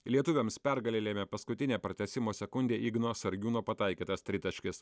lietuviams pergalę lėmė paskutinę pratęsimo sekundę igno sargiūno pataikytas tritaškis